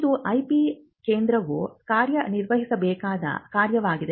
ಇದು ಐಪಿ ಕೇಂದ್ರವು ಕಾರ್ಯನಿರ್ವಹಿಸಬೇಕಾದ ಕಾರ್ಯವಾಗಿದೆ